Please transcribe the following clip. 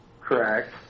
Correct